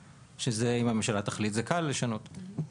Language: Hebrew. ואם הממשלה תחליט זה קל יהיה לשנות.